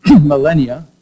millennia